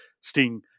Sting